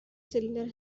cylinder